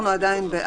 להדביק את כל